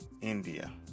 India